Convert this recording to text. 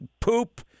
poop